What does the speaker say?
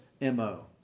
MO